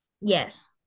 Yes